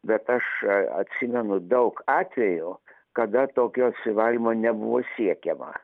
bet aš atsimenu daug atvejų kada tokio apsivalymo nebuvo siekiama